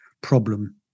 problem